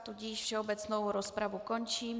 Tudíž všeobecnou rozpravu končím.